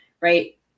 right